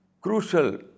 crucial